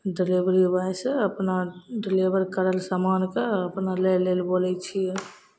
delivery ब्वाॅयसँ अपना deliver करल समानकेँ अपना लै लेल बोलै छियै